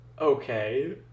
Okay